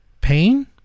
pain